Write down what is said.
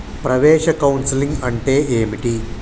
ప్రవేశ కౌన్సెలింగ్ అంటే ఏమిటి?